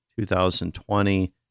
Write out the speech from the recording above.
2020